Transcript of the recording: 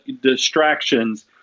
distractions